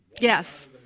yes